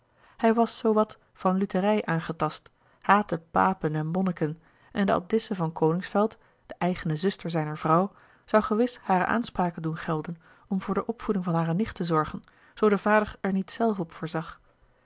hij was zoo wat van lutherij aangetast haatte papen en monniken en de abdisse van koningsfeld de eigene zuster zijner vrouw zou gewis hare aanspraken doen gelden om voor de opvoeding van hare nicht te zorgen zoo de vader er niet zelf op voorzag